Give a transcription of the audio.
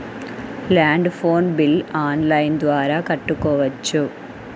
Land phone bill online ద్వారా కట్టుకోవచ్చు?